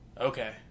okay